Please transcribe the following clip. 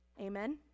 Amen